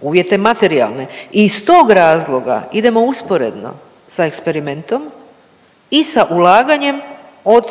uvjete materijale i iz tog razloga idemo usporedno sa eksperimentom i sa ulaganjem od